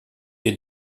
est